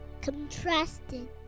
Contrasted